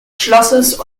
schlosses